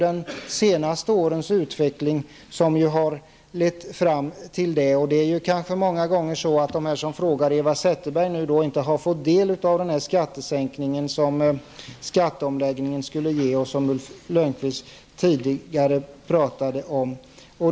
De senaste årens utveckling har lett fram till detta. De som frågat Eva Zetterberg har kanske inte fått del av den skattesänkning som skatteomläggningen skulle ge och som Ulf Lönnqvist tidigare talade om.